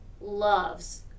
loves